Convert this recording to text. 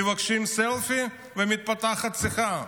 מבקשים סלפי ומתפתחת שיחה.